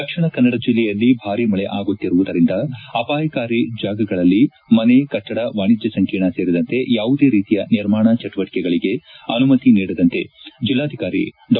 ದಕ್ಷಿಣ ಕನ್ನಡ ಜಿಲ್ಲೆಯಲ್ಲಿ ಭಾರಿ ಮಳೆ ಆಗುತ್ತಿರುವುದರಿಂದ ಅಪಾಯಕಾರಿ ಜಾಗಗಳಲ್ಲಿ ಮನೆ ಕಟ್ಟಡ ವಾಣಿಜ್ಯ ಸಂಕೀರ್ಣ ಸೇರಿದಂತೆ ಯಾವುದೇ ರೀತಿಯ ನಿರ್ಮಾಣ ಜಟುವಟಿಕೆಗಳಿಗೆ ಅನುಮತಿ ನೀಡದಂತೆ ಜಿಲ್ಲಾಧಿಕಾರಿ ಡಾ